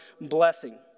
blessing